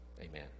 Amen